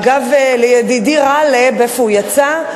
אגב, לידידי גאלב, איפה הוא, יצא?